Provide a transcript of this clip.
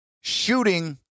shooting